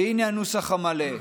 והינה הנוסח המלא: